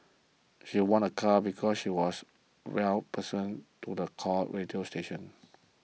she won a car because she was twelfth person to the call radio station